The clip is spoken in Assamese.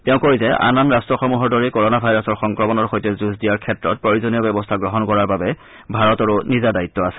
তেওঁ কয় যে আন আন ৰাট্টসমূহৰ দৰেই কৰনা ভাইৰাছৰ সংক্ৰমণৰ সৈতে যুঁজ দিয়াৰ ক্ষেত্ৰত প্ৰয়োজনীয় ব্যৱস্থা গ্ৰহণ কৰাৰ বাবে ভাৰতৰো নিজা দায়িত্ আছে